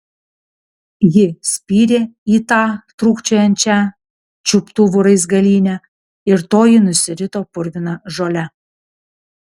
ji spyrė į tą trūkčiojančią čiuptuvų raizgalynę ir toji nusirito purvina žole